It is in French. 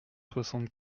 soixante